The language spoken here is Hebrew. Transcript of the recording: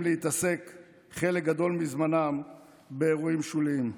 להתעסק חלק גדול מזמנם באירועים שוליים.